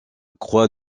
croix